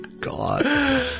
god